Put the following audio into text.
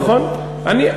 נכון, נכון.